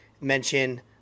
mention